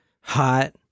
hot